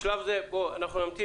בשלב זה אנחנו נמתין,